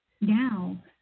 Now